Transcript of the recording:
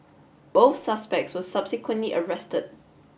both suspects were subsequently arrested